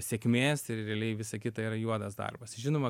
sėkmės ir realiai visa kita yra juodas darbas žinoma